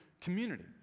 community